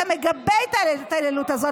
אתה מגבה את ההתעללות הזו.